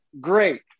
great